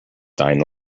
nine